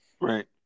Right